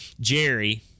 Jerry